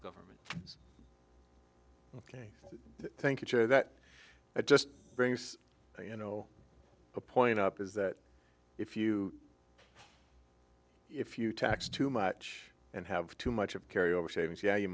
government ok thank you joe that it just brings you know a point up is that if you if you tax too much and have too much of carry over savings yeah you